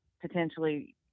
potentially